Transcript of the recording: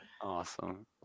Awesome